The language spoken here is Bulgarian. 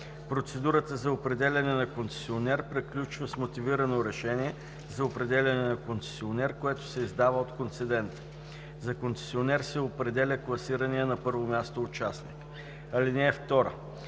Процедурата за определяне на концесионер приключва с мотивирано решение за определяне на концесионер, което се издава от концедента. За концесионер се определя класираният на първо място участник. (2) С